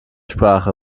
sprache